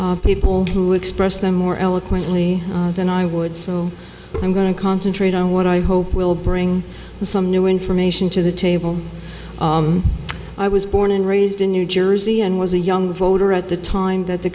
by people who express them more eloquently than i would so i'm going to concentrate on what i hope will bring some new information to the table i was born and raised in new jersey and was a young voter at the time that the